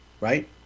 right